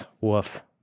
Woof